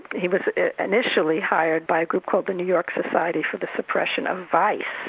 he was initially hired by a group called the new york society for the suppression of vice,